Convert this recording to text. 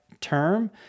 term